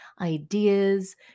ideas